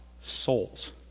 souls